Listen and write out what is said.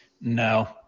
No